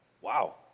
Wow